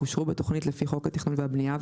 אושרו בתוכנית לפי חוק התכנון והבנייה,